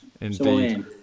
Indeed